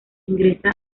ingresa